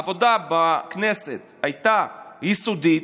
העבודה בכנסת הייתה יסודית,